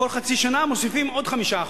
כל חצי שנה מוסיפים עוד 5%,